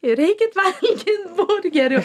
ir eikit valgyt burgerių